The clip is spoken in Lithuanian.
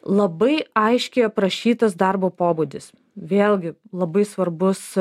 labai aiškiai aprašytas darbo pobūdis vėlgi labai svarbus